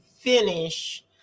finish